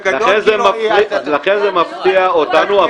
בגדול --- לכן זה מפתיע אותנו.